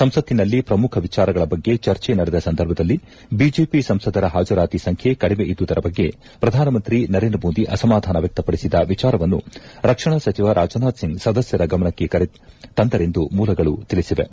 ಸಂಸತ್ತಿನಲ್ಲಿ ಪ್ರಮುಖ ವಿಚಾರಗಳ ಬಗ್ಗೆ ಚರ್ಚೆ ನಡೆದ ಸಂದರ್ಭದಲ್ಲಿ ಬಿಜೆಪಿ ಸಂಸದರ ಹಾಜರಾತಿ ಸಂಖ್ಯೆ ಕಡಿಮೆ ಇದ್ದುದರ ಬಗ್ಗೆ ಪ್ರಧಾನಮಂತ್ರಿ ನರೇಂದ್ರ ಮೋದಿ ಅಸಮಾಧಾನ ವ್ಯಕಪಡಿಸಿರುವ ವಿಚಾರವನ್ನು ರಕ್ಷಣಾ ಸಚಿವ ರಾಜನಾಥ್ ಸಿಂಗ್ ಸದಸ್ವರ ಗಮನಕ್ಕೆ ತಂದರೆಂದು ಮೂಲಗಳು ತಿಳಿಸಿವೆ